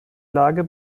lage